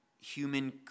human